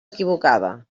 equivocada